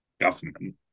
government